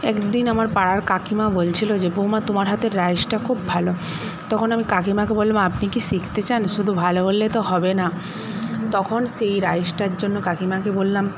একদিন আমার পাড়ার কাকিমা বলছিল যে বৌমা তোমার হাতের রাইসটা খুব ভালো তখন আমি কাকিমাকে বললাম আপনি কি শিখতে চান শুধু ভালো বললে তো হবে না তখন সেই রাইসটার জন্য কাকিমাকে বললাম